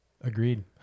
Agreed